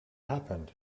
happened